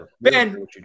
Ben